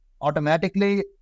automatically